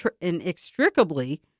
inextricably